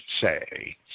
say